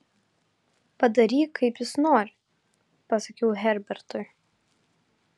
padaryk kaip jis nori pasakiau herbertui